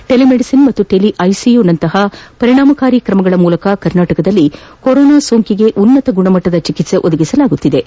tele medicine ಮತ್ತು tele ICU ನಂತಪ ಪರಿಣಾಮಕಾರಿ ಕ್ರಮಗಳ ಮೂಲಕ ಕರ್ನಾಟಕದಲ್ಲಿ ಕೊರೋನಾ ಸೋಂಕಿಗೆ ಉನ್ನತ ಗುಣಮಟ್ಟದ ಚಿಕಿತ್ಸೆ ಒದಗಿಸುತ್ತಿದ್ದು